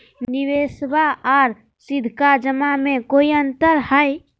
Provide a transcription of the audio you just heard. निबेसबा आर सीधका जमा मे कोइ अंतर हय?